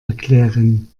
erklären